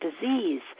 disease